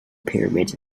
pyramids